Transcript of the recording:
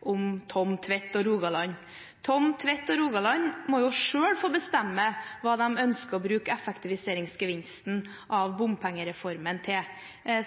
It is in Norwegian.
om Tom Tvedt og Rogaland. Tom Tvedt og Rogaland må jo selv få bestemme hva de ønsker å bruke effektiviseringsgevinsten av bompengereformen til.